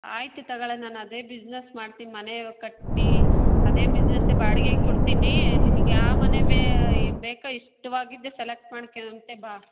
ಆಯ್ತು ತೊಗೊಳ್ಳೆ ನಾನು ಅದೇ ಬಿಸ್ನೆಸ್ ಮಾಡ್ತೀನಿ ಮನೆ ಕಟ್ಟಿ ಅದೇ ಬಿಸ್ನೆಸ್ಸೆ ಬಾಡ್ಗೆಗೆ ಕೊಡ್ತೀನಿ ನಿನಗೆ ಯಾವ ಮನೆ ಬೇಕೋ ಇಷ್ಟವಾಗಿದ್ದೇ ಸೆಲೆಕ್ಟ್ ಮಾಡ್ಕೊಳ್ಳೊವಂತೆ ಬಾ